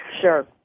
Sure